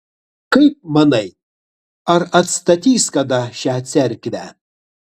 kaip manai ar atstatys kada šią cerkvę